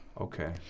Okay